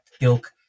ilk